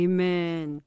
Amen